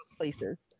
places